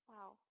Wow